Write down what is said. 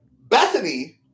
Bethany